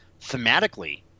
thematically